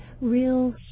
real